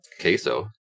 Queso